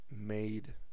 made